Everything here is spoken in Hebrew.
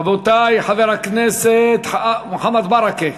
רבותי, חבר הכנסת מוחמד ברכה,